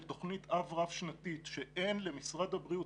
תוכנית אב רב-שנתית שאין למשרד בריאות.